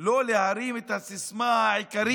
לא להרים את הסיסמה העיקרית,